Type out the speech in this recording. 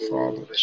Father